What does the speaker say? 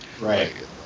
right